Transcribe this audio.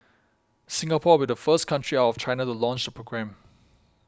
Singapore will be the first country out of China to launch the programme